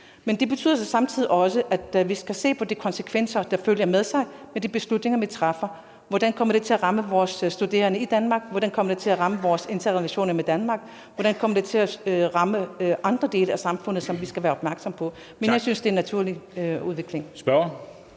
Men det betyder samtidig også, at vi skal se på de konsekvenser, der følger med de beslutninger, vi træffer, altså hvordan det kommer til at ramme vores studerende i Danmark, hvordan det kommer til at ramme vores relationer til Danmark, og hvordan det kommer til at ramme andre dele af samfundet, som vi skal være opmærksomme på. Men jeg synes, det er en naturlig udvikling.